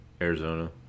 Arizona